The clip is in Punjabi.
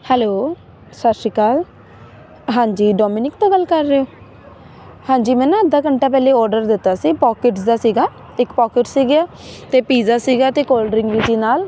ਹੈਲੋ ਸਤਿ ਸ਼੍ਰੀ ਅਕਾਲ ਹਾਂਜੀ ਡੋਮੀਨਿਕ ਤੋਂ ਗੱਲ ਕਰ ਰਹੇ ਹਾਂਜੀ ਮੈਂ ਨਾ ਅੱਧਾ ਘੰਟਾ ਪਹਿਲੇ ਔਡਰ ਦਿੱਤਾ ਸੀ ਪੋਕਿਟਸ ਦਾ ਸੀਗਾ ਅਤੇ ਇੱਕ ਪੋਕਿਟ ਸੀਗਾ ਅਤੇ ਪੀਜ਼ਾ ਸੀਗਾ ਅਤੇ ਕੋਲਡ ਡਰਿੰਕ ਵੀ ਸੀ ਨਾਲ